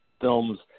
films